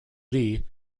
lee